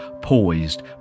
poised